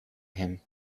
him